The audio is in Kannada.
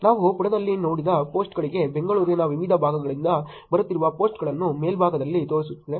ನಾವು ಪುಟದಲ್ಲಿ ನೋಡಿದ ಪೋಸ್ಟ್ಗಳಿಗೆ ಬೆಂಗಳೂರಿನ ವಿವಿಧ ಭಾಗಗಳಿಂದ ಬರುತ್ತಿರುವ ಪೋಸ್ಟ್ಗಳನ್ನು ಮೇಲ್ಭಾಗದಲ್ಲಿ ತೋರಿಸುತ್ತಿದೆ